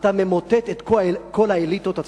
אתה ממוטט את כל האליטות הצרפתיות.